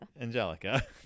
Angelica